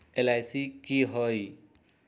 LIC की होअ हई?